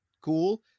cool